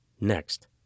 Next